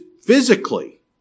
physically